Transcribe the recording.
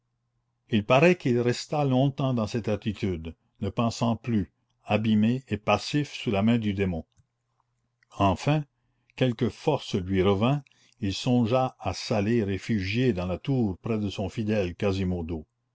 il paraît qu'il resta longtemps dans cette attitude ne pensant plus abîmé et passif sous la main du démon enfin quelque force lui revint il songea à s'aller réfugier dans la tour près de son fidèle quasimodo